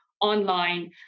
online